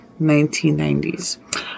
1990s